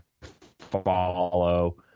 follow